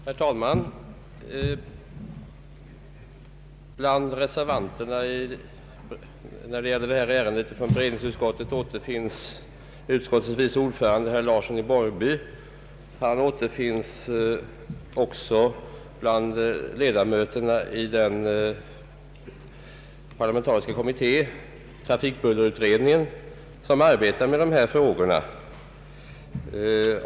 Herr talman! Bland reservanterna i detta ärende återfinns utskottets vice ordförande herr Larsson i Borrby. Han återfinns också bland ledamöterna i den parlamentariska kommitté, trafikbullerutredningen, som arbetar med dessa frågor.